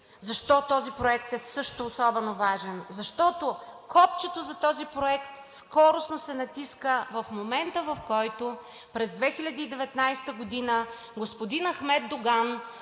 Защо този проект също е особено важен? Защото копчето за този проект скоростно се натиска в момента, в който през 2019 г. господин Ахмед Доган